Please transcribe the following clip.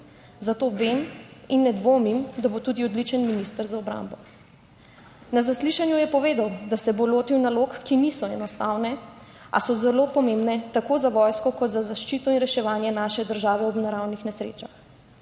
zato vem in ne dvomim, da bo tudi odličen minister za obrambo. Na zaslišanju je povedal, da se bo lotil nalog, ki niso enostavne, a so zelo pomembne tako za vojsko kot za zaščito in reševanje naše države ob naravnih nesrečah.